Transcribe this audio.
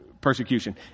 persecution